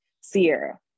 Sierra